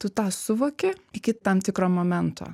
tu tą suvoki iki tam tikro momento